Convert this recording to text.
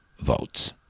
votes